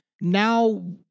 now